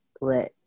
let